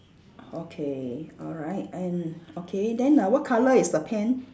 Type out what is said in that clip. okay alright and okay then uh what colour is the pen